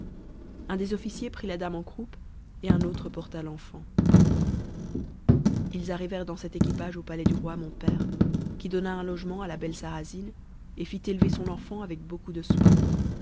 un des officiers prit la dame en croupe et un autre porta t'enfant ils arrivèrent dans cet équipage au palais du roi mon qui donna un logement à la belle sarrasine et fit élever son enfant avec beaucoup de soin